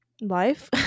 life